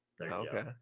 okay